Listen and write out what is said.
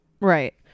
right